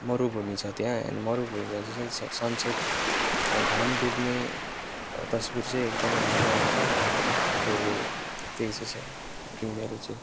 मरुभूमि छ त्यहाँ अनि मरुभूमिमा चाहिँ स सनसेट घाम डुब्ने तस्बिर चाहिँ एकदमै राम्रो आउँछ सो त्यही स स्या ड्रिमहरू चाहिँ